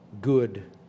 good